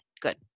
Good